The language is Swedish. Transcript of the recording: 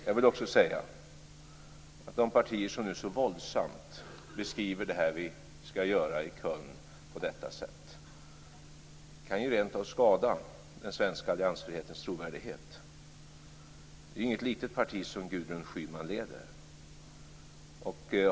Jag vill också säga att de partier som nu så våldsamt beskriver det som vi skall göra i Köln på detta sätt rentav kan skada den svenska alliansfrihetens trovärdighet. Det är inget litet parti som Gudrun Schyman leder.